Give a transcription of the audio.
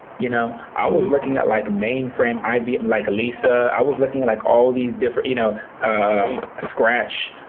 you know i was looking at like mainframe, ibm, like lisa. i was looking at like all of these different, you know ah scratch,